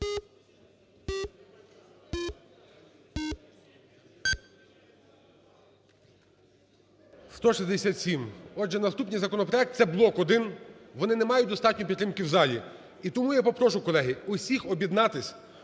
За-167 Отже, наступні законопроекти, це блок 1, вони не мають достатньої підтримки в залі. І тому я попрошу, колеги, всіх об'єднатися,